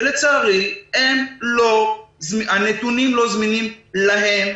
לצערי, הנתונים לא זמינים להם.